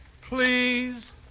Please